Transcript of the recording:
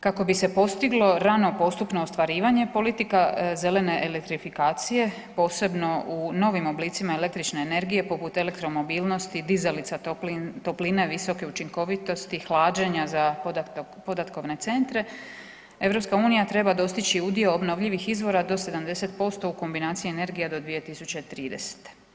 Kako bi se postiglo rano postupno ostvarivanje politika zelene elektrifikacije posebno u novim oblicima električne energije poput elektromobilnosti, dizalica topline visoke učinkovitosti, hlađenja za podatkovne centre, EU treba dostići udio obnovljivih izvora do 70% u kombinaciji energija do 2030.